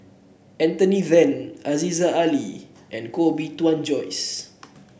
Anthony Then Aziza Ali and Koh Bee Tuan Joyce